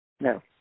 No